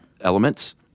elements